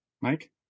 Mike